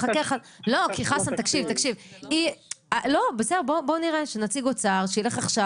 בוא נראה שנציג אוצר ילך עכשיו.